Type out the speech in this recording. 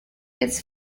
its